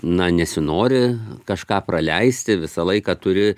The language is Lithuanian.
na nesinori kažką praleisti visą laiką turi